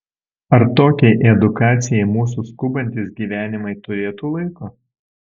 ar tokiai edukacijai mūsų skubantys gyvenimai turėtų laiko